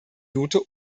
note